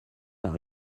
par